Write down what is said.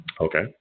Okay